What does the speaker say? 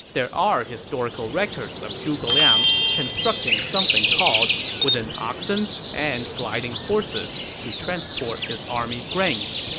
there are historical records of zhuge liang constructing something called wooden oxens and gliding horses to transport his army's grain.